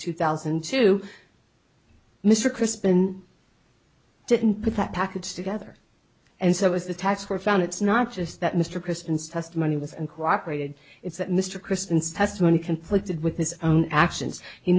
two thousand and two mr crispin didn't put that package together as it was the tax were found it's not just that mr christian's testimony was and cooperated it's that mr christian's testimony conflicted with his own actions he